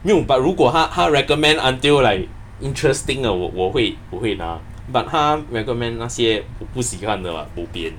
没有 but 如果他他 recommend until like interesting 的我我会我会拿 but 他 recommend 那些我不喜欢的 [what] bo bian